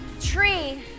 Tree